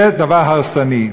זה דבר הרסני.